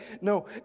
no